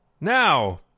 Now